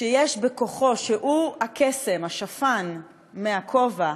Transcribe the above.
שיש בכוחו, שהוא הקסם, השפן מהכובע